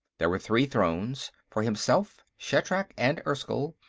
there were three thrones, for himself, shatrak, and erskyll,